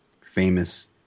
famous